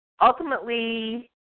ultimately